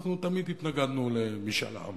אנחנו תמיד התנגדנו למשאל עם.